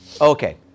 Okay